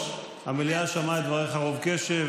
המליאה שמעה את דבריך בצורה מכובדת.